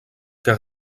que